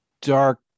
dark